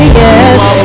yes